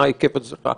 מה היקף ההצלחה.